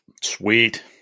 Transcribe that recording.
Sweet